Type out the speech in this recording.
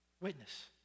Witness